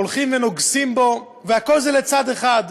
הולכים ונוגסים בו, והכול לצד אחד.